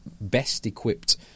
best-equipped